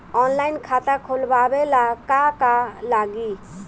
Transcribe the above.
Online खाता खोलबाबे ला का का लागि?